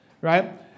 right